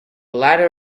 ladder